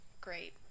great